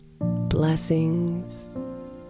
Blessings